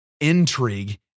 intrigue